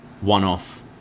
one-off